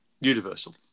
Universal